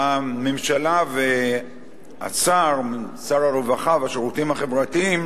הממשלה ושר הרווחה והשירותים החברתיים